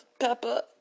Peppa